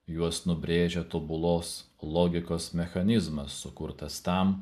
juos nubrėžia tobulos logikos mechanizmas sukurtas tam